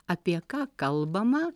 apie ką kalbama